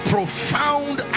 profound